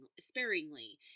sparingly